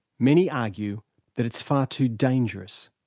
many argue that it's far too dangerous,